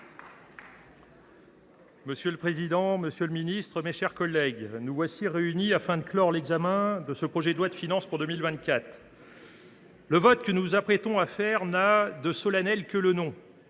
Monsieur le président, monsieur le ministre, mes chers collègues, nous voici réunis afin de clore l’examen de ce projet de loi de finances pour 2024. Le vote que nous nous apprêtons à émettre n’a de solennel que le nom,